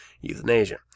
euthanasia